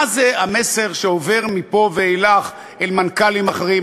מה המסר שעובר מפה ואילך אל מנכ"לים אחרים,